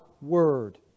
word